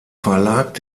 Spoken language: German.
verlag